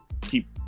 keep